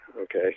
okay